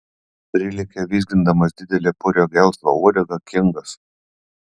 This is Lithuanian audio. prilekia vizgindamas didelę purią gelsvą uodegą kingas